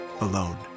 alone